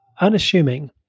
unassuming